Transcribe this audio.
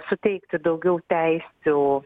suteikti daugiau teisių